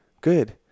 Good